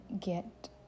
get